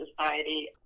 Society